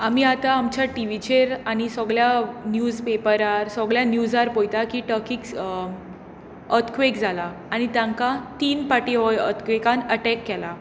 आमी आतां आमच्या टि वीचेर आनी सगल्या निवज पेपरार सगल्या निवजार पळयता की टर्कीक अर्तक्वेक जाला आनी तांकां तीन पाटी ओ अर्तक्वेकान अटॅक केला